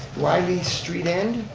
reilly street end.